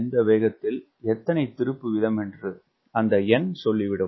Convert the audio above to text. எந்த வேகத்தில் எத்தனை திருப்பு வீதமென்று அந்த n சொல்லிவிடும்